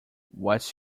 what’s